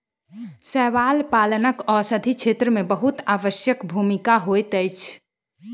शैवाल पालनक औषधि क्षेत्र में बहुत आवश्यक भूमिका होइत अछि